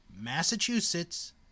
Massachusetts